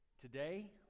today